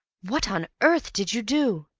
what on earth did you do?